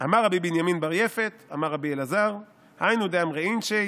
אמר רבי בנימין בר יפת אמר רבי אלעזר: היינו דאמרי אינשי